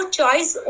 choice